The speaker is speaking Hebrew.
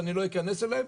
שאני לא אכנס אליהם,